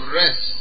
rest